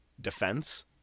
defense